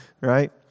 Right